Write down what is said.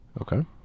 Okay